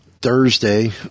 Thursday